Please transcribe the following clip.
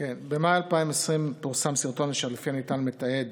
במאי 2020 פורסם סרטון אשר לפי הנטען מתעד